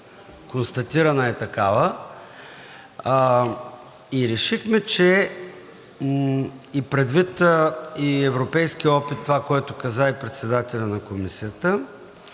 констатирана е такава, и решихме предвид и европейския опит – това, което каза председателят на Комисията,